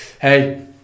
Hey